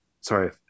Sorry